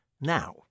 now